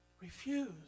Refuse